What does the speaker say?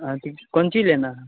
अथी कौन चीज लेना है